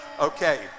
Okay